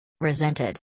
resented